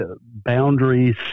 boundaries